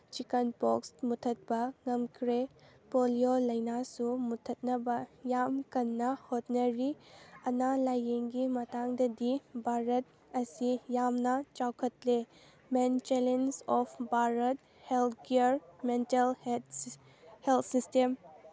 chickenpox ꯃꯨꯠꯊꯠꯄ ꯉꯝꯈ꯭ꯔꯦ polio ꯂꯩꯅꯥꯁꯨ ꯃꯨꯠꯊꯠꯅꯕ ꯌꯥꯝ ꯀꯟꯅ ꯍꯣꯠꯅꯔꯤ ꯑꯅꯥ ꯂꯥꯏꯌꯦꯡꯒꯤ ꯃꯇꯥꯡꯗꯗꯤ ꯚꯥꯔꯠ ꯑꯁꯤ ꯌꯥꯝꯅ ꯆꯥꯎꯈꯠꯂꯦ main challenge of Bharat health care mental health system